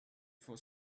for